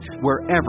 wherever